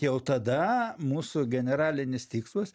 jau tada mūsų generalinis tikslas